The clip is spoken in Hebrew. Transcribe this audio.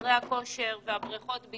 חדרי הכושר, ובפרט הבריכות,